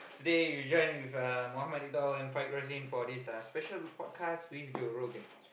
today you join with uh and for this uh special report cast with Joe-Rogan